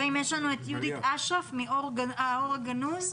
יהודית אשרף מהאור הגנוז,